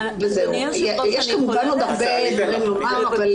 יש כמובן עוד הרבה מה לומר.